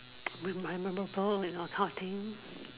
will my memorable you know this kind of thing